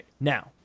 Now